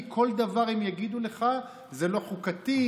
כי בכל דבר הם יגידו לך: זה לא חוקתי,